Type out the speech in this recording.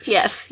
Yes